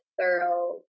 thorough